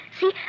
See